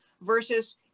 versus